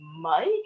Mike